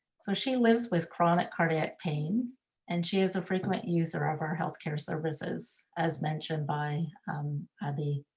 so she lives with chronic cardiac pain and she is a frequent user of our healthcare services as mentioned by abhi.